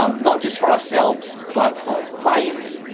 um not just for ourselves, but for our clients.